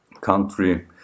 country